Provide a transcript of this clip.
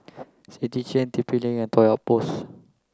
City Chain T P link and Toy Outpost